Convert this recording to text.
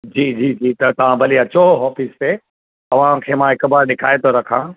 जी जी जी त तव्हां भली अचो ऑफ़िस ते तव्हांखे मां हिकु ॿ ॾेखाए थो रखा